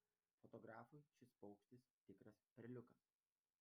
fotografui šis paukštis tikras perliukas